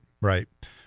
right